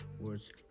words